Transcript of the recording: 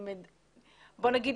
למשל,